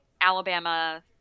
Alabama